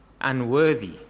unworthy